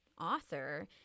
author